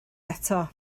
eto